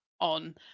on